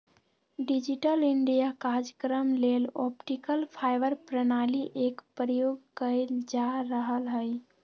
digital India काजक्रम लेल optical fibre प्रणाली एक प्रयोग कएल जा रहल हइ